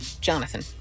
Jonathan